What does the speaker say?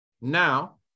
now